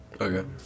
Okay